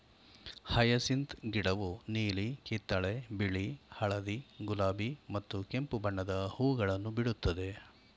hyacinth ಗಿಡವು ನೀಲಿ, ಕಿತ್ತಳೆ, ಬಿಳಿ, ಹಳದಿ, ಗುಲಾಬಿ ಮತ್ತು ಕೆಂಪು ಬಣ್ಣದ ಹೂಗಳನ್ನು ಬಿಡುತ್ತದೆ